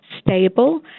stable